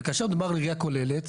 וכאשר מדובר על ראייה כוללת,